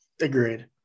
Agreed